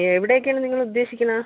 എവിടേക്കാണ് നിങ്ങൾ ഉദ്ദേശിക്കുന്നത്